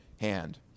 hand